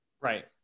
Right